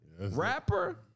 Rapper